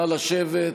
נא לשבת.